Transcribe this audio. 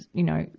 you know,